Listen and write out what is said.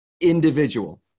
individual